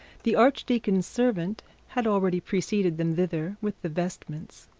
the archdeacon's servant had already preceded them thither with the vestments.